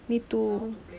ya me too